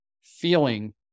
feeling